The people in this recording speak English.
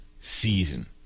season